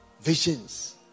Visions